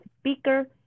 speaker